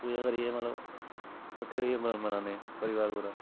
पूजा करियै मतलब कट्ठे होइयै मनाने आं परिवार पूरा